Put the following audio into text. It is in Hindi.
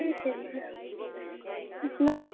ठीक है भैया इतना भी